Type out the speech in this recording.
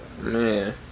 Man